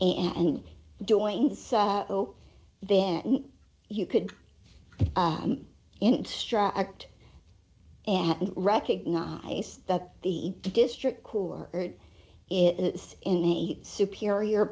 and joins then you could instruct and recognize that the district cooler is in a superior